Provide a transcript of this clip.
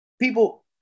people